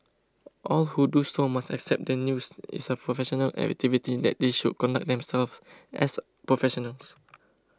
all who do so must accept that news is a professional activity that they should conduct themselves as professionals